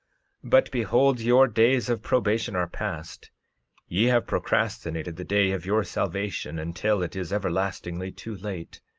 but behold, your days of probation are past ye have procrastinated the day of your salvation until it is everlastingly too late,